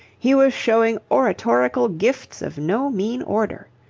he was showing oratorical gifts of no mean order.